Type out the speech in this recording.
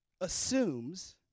assumes